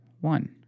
one